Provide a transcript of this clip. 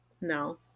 No